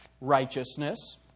righteousness